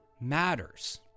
matters